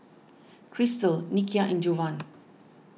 Christal Nikia and Jovan